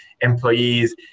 employees